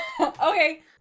Okay